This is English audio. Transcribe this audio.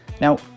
Now